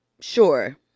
sure